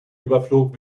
überflog